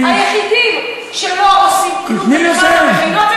היחידים שלא עושים כלום ברמת המכינות,